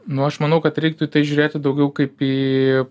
nu aš manau kad reiktų į tai žiūrėti daugiau kaip į